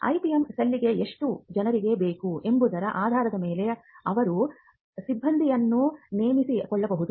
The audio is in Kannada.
IPM ಸೆಲ್ಗೆ ಎಷ್ಟು ಜನರಿಗೆ ಬೇಕು ಎಂಬುದರ ಆಧಾರದ ಮೇಲೆ ಅವರು ಸಿಬ್ಬಂದಿಯನ್ನು ನೇಮಿಸಿಕೊಳ್ಳಬಹುದು